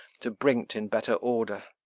to bring t in better order.